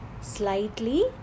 slightly